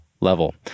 level